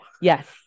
Yes